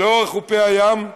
לאורך חופי הים.